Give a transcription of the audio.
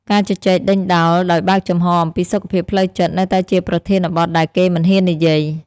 ការជជែកដេញដោលដោយបើកចំហអំពីសុខភាពផ្លូវចិត្តនៅតែជាប្រធានបទដែលគេមិនហ៊ាននិយាយ។